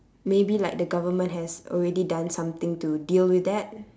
maybe like the government has already done something to deal with that